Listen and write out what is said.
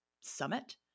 Summit